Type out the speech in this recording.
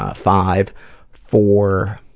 ah five for